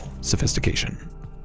sophistication